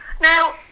Now